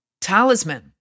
talisman